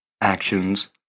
actions